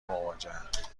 مواجهاند